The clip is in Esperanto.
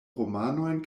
romanojn